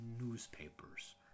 newspapers